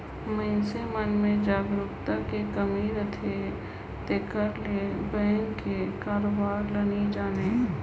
मइनसे मन में जागरूकता कर कमी अहे तेकर ले बेंक कर कारोबार ल नी जानें